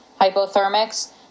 hypothermics